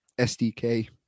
SDK